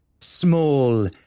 small